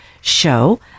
show